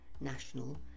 national